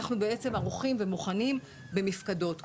אנחנו ערוכים ומוכנים במפקדות.